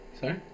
Sorry